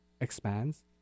expands